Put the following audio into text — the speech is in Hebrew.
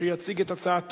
הצעת